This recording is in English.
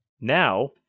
Now